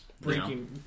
Breaking